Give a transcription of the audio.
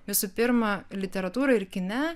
visų pirma literatūroj ir kine